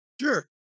Sure